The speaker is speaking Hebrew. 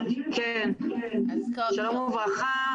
שלום וברכה,